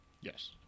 Yes